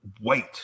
wait